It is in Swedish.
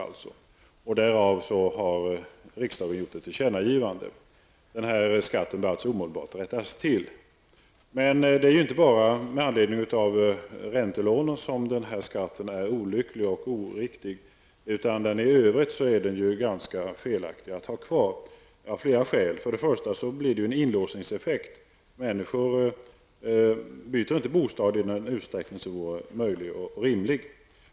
Med anledning härav har riksdagen gjort ett tillkännagivande. Denna skatt bör omedelbart rättas till. Men det är inte enbart med anledning av räntelånen som denna skatt är olycklig och oriktig. Det är också i övrigt av flera skäl oriktigt att ha den kvar. För det första blir det en inlåsningseffekt. Människor kommer inte att byta bostad i den utsträckning som vore möjlig och rimlig.